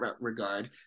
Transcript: regard